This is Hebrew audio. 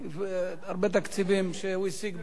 יש הרבה תקציבים שהוא השיג בעצמו.